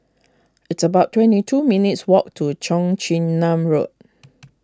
it's about twenty two minutes' walk to Cheong Chin Nam Road